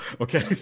Okay